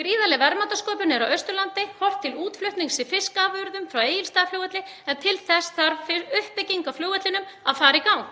Gríðarleg verðmætasköpun er á Austurlandi, horft er til útflutnings á fiskafurðum frá Egilsstaðaflugvelli, en til þess þarf uppbygging á flugvellinum að fara í gang.